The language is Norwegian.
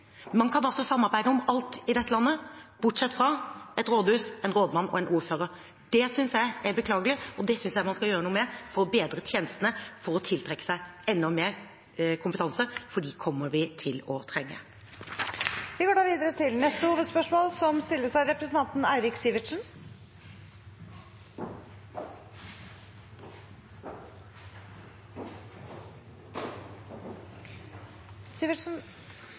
Man kan altså samarbeide om alt i dette landet, bortsett fra et rådhus, en rådmann og en ordfører. Det synes jeg er beklagelig, og det synes jeg man skal gjøre noe med for å bedre tjenestene og for å tiltrekke seg enda mer kompetanse, for det kommer vi til å trenge. Vi går da videre til neste hovedspørsmål.